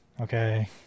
Okay